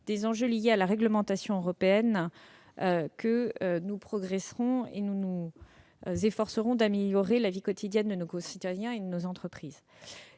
des enjeux liés à la réglementation européenne que nous progresserons dans notre effort d'améliorer la vie quotidienne de nos concitoyens et de nos entreprises.